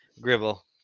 Gribble